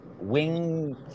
wing